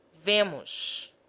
vanquish.